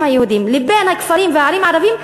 היהודיים לבין הערים והכפרים הערביים,